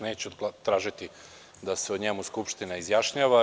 Neću tražiti da se o njemu Skupština izjašnjava.